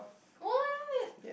what